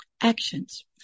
Actions